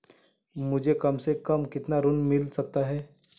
मुझे कम से कम कितना ऋण मिल सकता है?